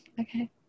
Okay